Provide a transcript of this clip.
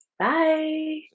Bye